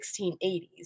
1680s